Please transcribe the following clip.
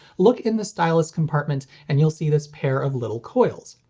look in the stylus compartment and you'll see this pair of little coils.